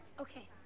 Okay